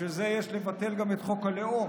בשביל זה יש לבטל גם את חוק הלאום,